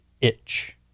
itch